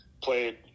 played